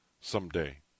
someday